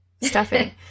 stuffing